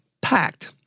packed